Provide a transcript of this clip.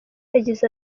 yagize